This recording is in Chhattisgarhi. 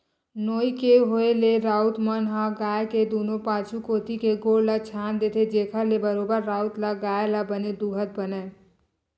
नोई के होय ले राउत मन ह गाय के दूनों पाछू कोती के गोड़ ल छांद देथे, जेखर ले बरोबर राउत ल गाय ल बने दूहत बनय